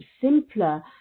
simpler